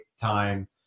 time